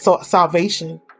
salvation